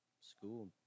school